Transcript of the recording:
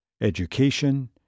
education